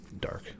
dark